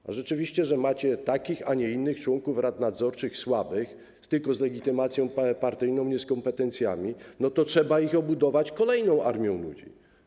A że rzeczywiście macie takich, a nie innych członków rad nadzorczych, słabych, tylko z legitymacją partyjną, nie z kompetencjami, to trzeba ich obudować kolejną armią ludzi.